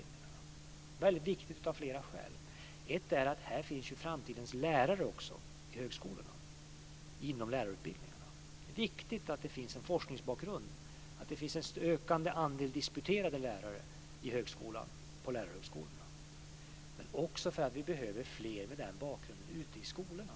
Det är väldigt viktigt av flera skäl. Ett är att framtidens lärare finns på högskolorna - inom lärarutbildningarna. Det är viktigt att det finns en forskningsbakgrund och att andelen disputerade lärare ökar på lärarhögskolorna. Vi behöver också fler med den bakgrunden ute i skolorna.